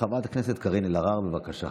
חברת הכנסת קארין אלהרר, בבקשה.